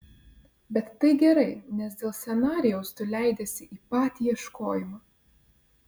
bet tai gerai nes dėl scenarijaus tu leidiesi į patį ieškojimą